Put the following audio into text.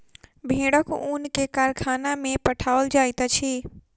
भेड़क ऊन के कारखाना में पठाओल जाइत छै